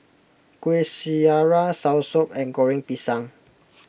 Kuih Syara Soursop and Goreng Pisang